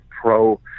pro